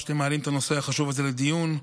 החינוך החרדי יכול להוציא משעריו בוגרים,